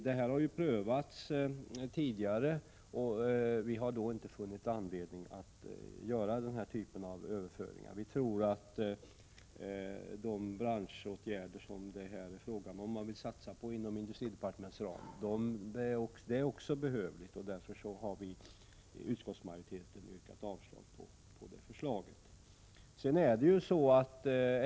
Den här frågan har prövats tidigare, men vi har då inte funnit anledning att göra denna typ av överföringar. Det erfordras också sådana branschåtgärder som det här är fråga om och som man vill satsa på inom industridepartementets ram, och utskottsmajoriteten har därför yrkat avslag på förslaget om överföringar av medel från industridepartementet.